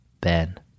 Ben